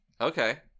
Okay